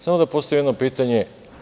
Samo da postavim jedno pitanje.